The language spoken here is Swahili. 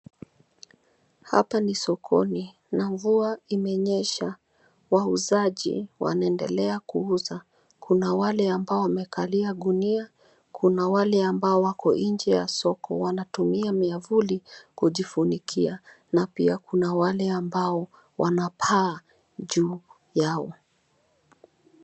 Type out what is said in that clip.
Hapa ni sokoni, na mvua imenyesha. Wauzaji wanaendelea kuuza, kuna wale ambao wamekalia gunia. Kuna wale ambao wako nje ya soko, wanatumia miavuli kujifunikia na pia kuna wale ambao wanapaa juu yao.